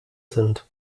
sind